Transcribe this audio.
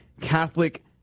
Catholic